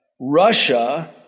Russia